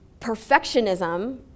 perfectionism